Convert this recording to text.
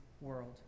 world